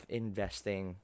investing